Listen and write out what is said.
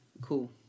cool